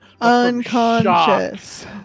unconscious